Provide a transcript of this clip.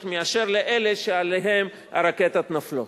יותר מאשר לאלה שעליהם הרקטות נופלות.